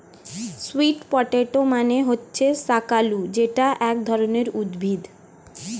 sweet potato মানে হচ্ছে শাকালু যেটা এক ধরনের উদ্ভিদ